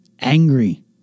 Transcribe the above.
angry